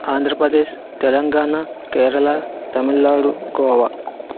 Andhra Pradesh Telangana Kerala Tamil Nadu Goa